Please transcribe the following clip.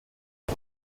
der